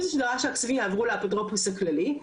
הוא זה שדרש שהכספים יעברו לאפוטרופוס הכללי,